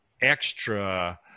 extra